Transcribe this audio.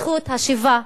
זכות השיבה.